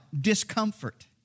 Discomfort